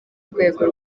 rwego